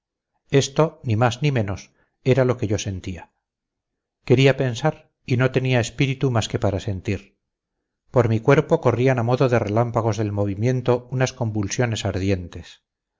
esto ni más ni menos era lo que yo sentía quería pensar y no tenía espíritu más que para sentir por mi cuerpo corrían a modo de relámpagos del movimiento unas convulsiones ardientes